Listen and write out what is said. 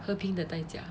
和平的代价